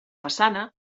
façana